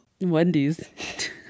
Wendy's